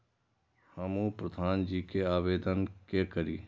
हमू प्रधान जी के आवेदन के करी?